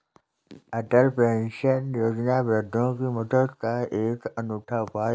अटल pension योजना वृद्धों की मदद का एक अनूठा उपाय है